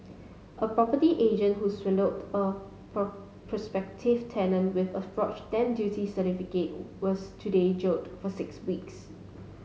a property agent who swindled a prospective tenant with a forged stamp duty certificate was today jailed for six weeks